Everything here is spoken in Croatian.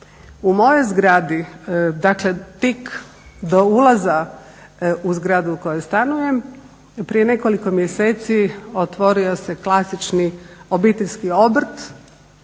U mojoj zgradi, dakle tik do ulaza u zgradu u kojoj stanujem, prije nekoliko mjeseci otvorio se klasični obiteljski obrt.